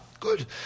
Good